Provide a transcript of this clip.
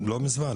לא ממזמן,